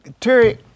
Terry